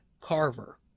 Carver